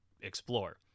explore